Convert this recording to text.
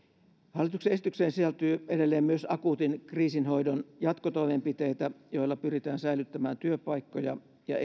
hallituksen esitykseen sisältyy edelleen myös akuutin kriisinhoidon jatkotoimenpiteitä joilla pyritään säilyttämään työpaikkoja ja